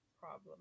problem